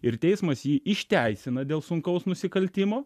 ir teismas jį išteisina dėl sunkaus nusikaltimo